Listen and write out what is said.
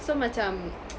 so macam